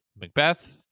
Macbeth